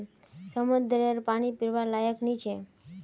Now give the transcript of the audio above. समंद्ररेर पानी पीवार लयाक नी छे